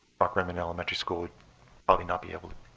rockrimmon elementary school would probably not be able